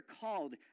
called